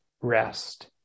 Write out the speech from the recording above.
rest